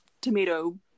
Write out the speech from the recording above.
tomato